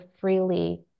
freely